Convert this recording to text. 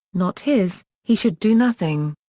not his, he should do nothing.